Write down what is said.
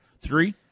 Three